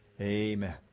Amen